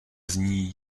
zní